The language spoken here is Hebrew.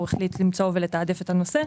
הוא החליט למצוא ולתעדף את הנושא,